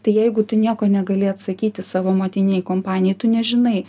tai jeigu tu nieko negali atsakyti savo motininei kompanijai tu nežinai